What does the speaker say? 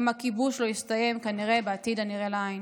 גם הכיבוש לא יסתיים כנראה בעתיד הנראה לעין,